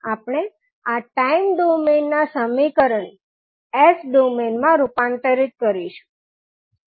આપણે આ ટાઇમ ડૉમેઇનનાં સમીકરણને S ડોમેઇન માં રૂપાંતરિત કરીશું